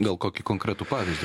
gal kokį konkretų pavyzdį